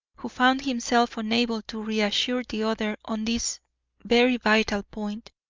who found himself unable to reassure the other on this very vital point,